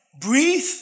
breathe